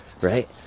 right